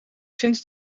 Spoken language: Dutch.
sinds